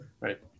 right